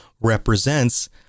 represents